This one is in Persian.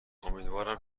امیدوارم